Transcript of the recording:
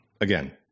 again